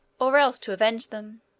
or else to avenge them.